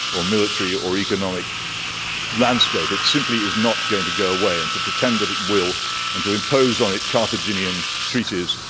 or military, or economic landscape. it simply is not going to go away. and to pretend that it will and to impose on it carthaginian treaties,